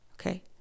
Okay